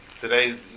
Today